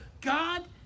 God